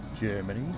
Germany